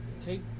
take